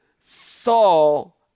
Saul